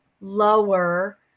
lower